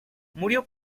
murió